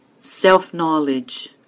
Self-knowledge